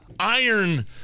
iron